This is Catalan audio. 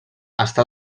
està